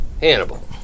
Hannibal